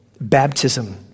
baptism